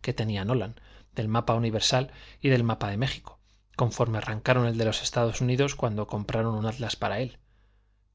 que tenía nolan del mapa universal y del mapa de méjico conforme arrancaron el de los estados unidos cuando compraron un atlas para él